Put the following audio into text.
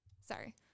Sorry